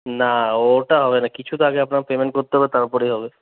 না ওটা হবে না কিছুতো আগে আপনাকে পেমেন্ট করতে হবে তারপরেই হবে